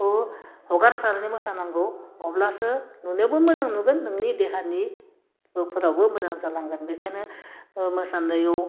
खौ हगारसारनो मोसानांगौ अब्लासो नुनोबो मोजां नुगोन नोंनि देहानि फोरावबो मोजां जालांगोन बेखायनो अह मोसानायाव